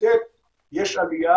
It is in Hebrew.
ובתשע"ט יש עלייה.